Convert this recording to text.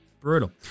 brutal